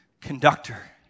conductor